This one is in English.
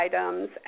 items